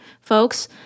folks